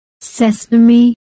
sesame